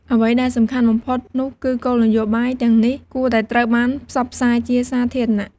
អ្វីដែលសំខាន់បំផុតនោះគឺ គោលនយោបាយទាំងនេះគួរតែត្រូវបានផ្សព្វផ្សាយជាសាធារណៈ។